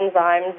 enzymes